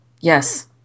Yes